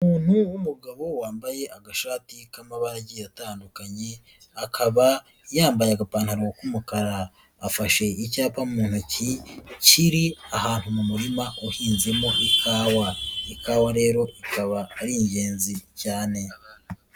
Umuntu w'umugabo wambaye agashati k'amabara atandukanye, akaba yambaye agapantaro k'umukara, afashe icyapa mu ntoki kiri ahantu mu murima uhinzemo ikawa, ikawa rero ikaba ari ingenzi cyane.